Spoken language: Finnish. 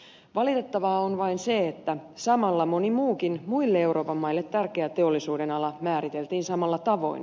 valitettavaa on vain se että samalla moni muukin muille euroopan maille tärkeä teollisuudenala määriteltiin samalla tavoin